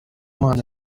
imana